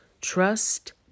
Trust